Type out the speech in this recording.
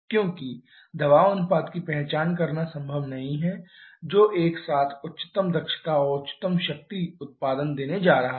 क्योंकि दबाव अनुपात की पहचान करना संभव नहीं है जो एक साथ उच्चतम दक्षता और उच्चतम शक्ति उत्पादन देने जा रहा है